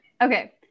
okay